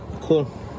Cool